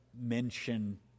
mention